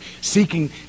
seeking